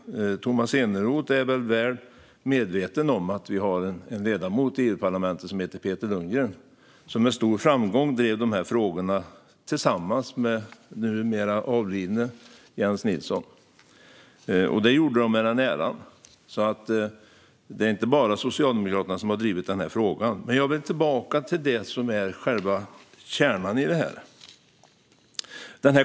Tomas Eneroth är väl medveten om att vi har en ledamot i Europaparlamentet som heter Peter Lundgren som med stor framgång drivit de här frågorna tillsammans med den numera avlidne Jens Nilsson. Det har han gjort med den äran, så det är inte bara Socialdemokraterna som drivit den här frågan. Men jag vill gå tillbaka till det som är själva kärnan i detta.